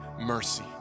mercy